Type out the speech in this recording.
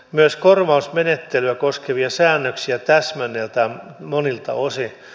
myös korvausmenettelyä koskevia säännöksiä täsmennetään monilta osin